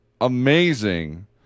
amazing